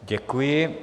Děkuji.